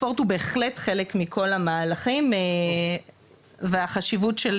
ספורט הוא בהחלט חלק מכל המהלכים והחשיבות של